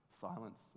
silence